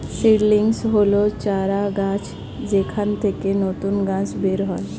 seedlings হল চারাগাছ যেখান থেকে নতুন গাছ বের হয়